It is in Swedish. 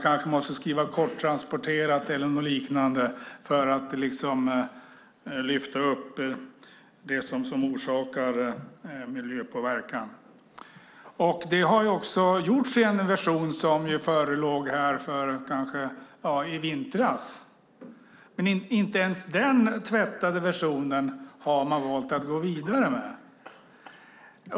Kanske måste man skriva "korttransporterat" eller något sådant för att lyfta fram det som orsakar miljöpåverkan. Det har man gjort i en version som förelåg här i vintras, men inte ens den tvättade versionen har man valt att gå vidare med.